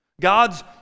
God's